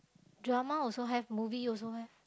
drama also have movie also have